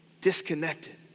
disconnected